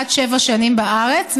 עד שבע שנים בארץ,